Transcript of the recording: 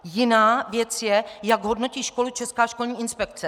Jiná věc je, jak hodnotí školu Česká školní inspekce.